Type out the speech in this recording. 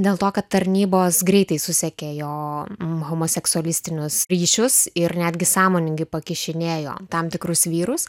dėl to kad tarnybos greitai susekė jo homoseksualistinius ryšius ir netgi sąmoningai pakišinėjo tam tikrus vyrus